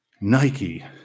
Nike